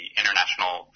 international